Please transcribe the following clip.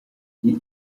gli